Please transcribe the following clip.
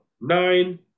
nine